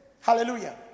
Hallelujah